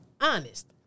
honest